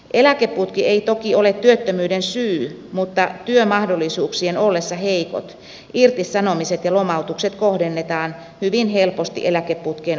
eläkeputki ei toki ole työttömyyden syy mutta työmahdollisuuksien ollessa heikot irtisanomiset ja lomautukset kohdennetaan hyvin helposti eläkeputkeen oikeutettuun ikäryhmään